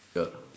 ya